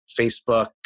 facebook